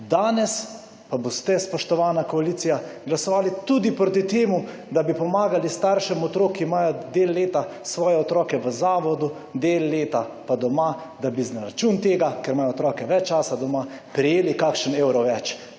Danes pa boste, spoštovana koalicija, glasovali tudi proti temu, da bi pomagali staršem otrok, ki imajo del leta svoje otroke v zavodu, del leta pa doma, da bi na račun tega, ker imajo otroke več časa doma, prejeli kakšen evro več.